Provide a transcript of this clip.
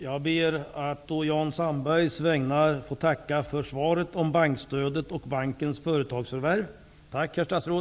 Jag ber att å Jan Sandbergs vägnar få tacka för svaret om bankstödet och bankens företagsförvärv. Tack herr statsråd.